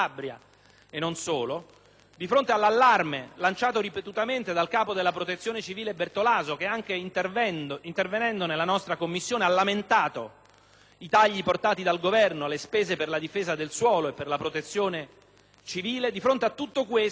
e non solo), di fronte all'allarme lanciato ripetutamente dal capo della Protezione civile Bertolaso, che, anche intervenendo nella nostra Commissione, ha lamentato i tagli portati dal Governo alle spese per la difesa del suolo e per la Protezione civile, di fronte a tutto ciò,